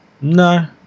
No